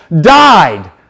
died